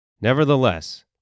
Nevertheless